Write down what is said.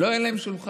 לא, אין להם שולחן.